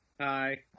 Hi